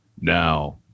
Now